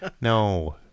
No